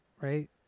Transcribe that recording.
Right